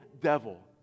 devil